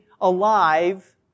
alive